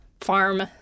farm